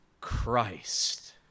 Christ